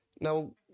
Now